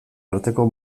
arteko